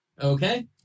Okay